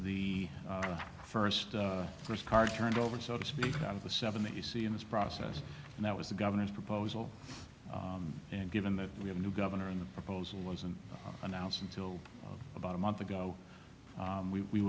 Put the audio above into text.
the first first car turned over so to speak out of the seven that you see in this process and that was the governor's proposal and given that we have a new governor in the proposal wasn't announced until about a month ago and we w